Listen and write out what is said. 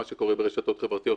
מה שקורה ברשתות חברתיות,